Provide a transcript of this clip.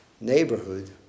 neighborhood